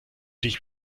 dich